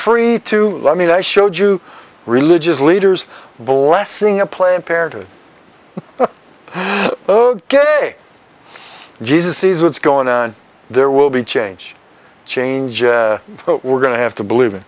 free to let me know i showed you religious leaders blessing a planned parenthood ok jesus sees what's going on there will be change change but we're going to have to believe